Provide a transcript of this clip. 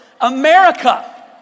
America